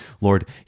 Lord